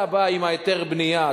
אתה בא עם היתר הבנייה,